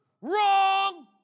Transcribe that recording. Wrong